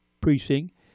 precinct